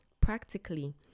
Practically